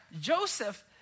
Joseph